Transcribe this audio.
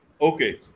Okay